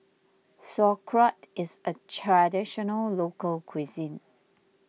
Sauerkraut is a Traditional Local Cuisine